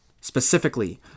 specifically